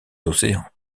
océans